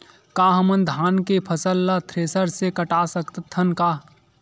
का हमन धान के फसल ला थ्रेसर से काट सकथन का?